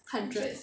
hundred